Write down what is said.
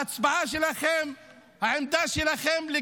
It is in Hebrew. ההצבעה שלכם,